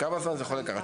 כמה זמן זה יכול לקחת?